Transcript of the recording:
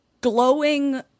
glowing